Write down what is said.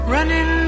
Running